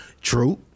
true